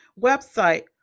website